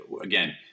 again